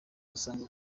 basanga